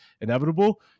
inevitable